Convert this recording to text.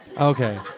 Okay